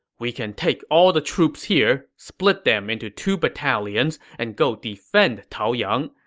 we can take all the troops here, split them into two battalions, and go defend taoyang.